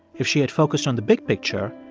if she had focused on the big picture,